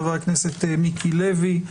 חבר הכנסת מיקי לוי,